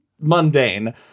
mundane